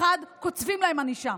קוצבים להם ענישה.